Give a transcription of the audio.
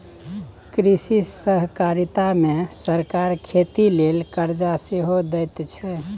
कृषि सहकारिता मे सरकार खेती लेल करजा सेहो दैत छै